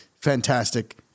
fantastic